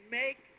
make